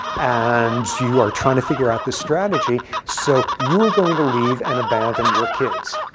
and you are trying to figure out this strategy. so you are going to leave and abandon your kids.